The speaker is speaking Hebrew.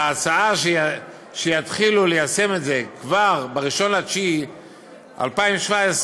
וההצעה שיתחילו ליישם את זה כבר ב-1 בספטמבר 2017,